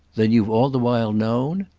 then you've all the while known?